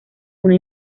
una